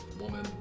woman